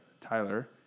Tyler